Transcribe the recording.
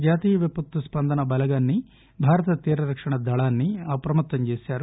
జాతీయ విపత్తు స్పందన బలగాన్ని భారత తీర రక్షణ దళాన్సి అప్రమత్తంచేశారు